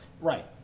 Right